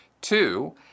Two